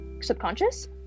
subconscious